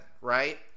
right